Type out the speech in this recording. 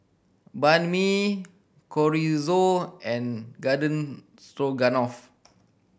Banh Mi Chorizo and Garden Stroganoff